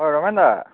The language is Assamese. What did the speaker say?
অঁ ৰমেন দা